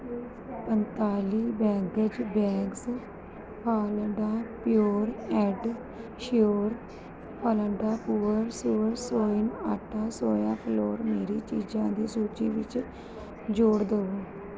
ਪੰਤਾਲੀ bags bags Falada pure and sure Falada pure so soya ਆਟਾ soya flour ਮੇਰੀ ਚੀਜ਼ਾਂ ਦੀ ਸੂਚੀ ਵਿੱਚ ਜੋੜ ਦਵੋ